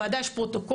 לוועדה יש פרוטוקול,